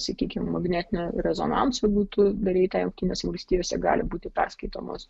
sakykim magnetinio rezonanso būtų daryta jungtinėse valstijose gali būti perskaitomos